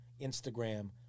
Instagram